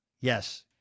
Yes